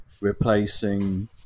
replacing